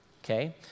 Okay